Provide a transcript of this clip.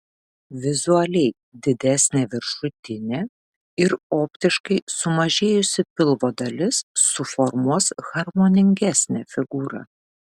vizualiai didesnė viršutinė ir optiškai sumažėjusi pilvo dalis suformuos harmoningesnę figūrą